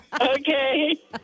okay